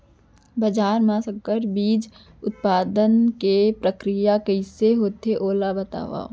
बाजरा मा संकर बीज उत्पादन के प्रक्रिया कइसे होथे ओला बताव?